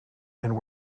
and